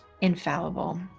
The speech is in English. infallible